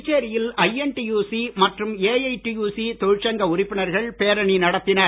புதுச்சேரியில் ஐஎன்டியுசி மற்றும் ஏஐடியுசி தொழிற்சங்க உறுப்பினர்கள் பேரணி நடத்தினர்